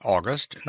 August